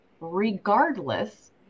regardless